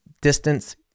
distance